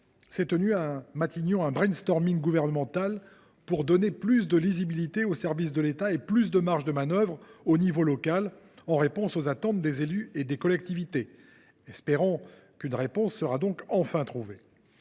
s’est tenu à Matignon un gouvernemental pour « donner plus de lisibilité aux services de l’État et plus de marges de manœuvre au niveau local en réponse aux attentes des élus et des collectivités ». Espérons qu’une réponse sera donc enfin trouvée